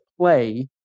play